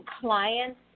clients